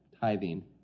tithing